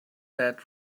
that